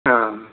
अँ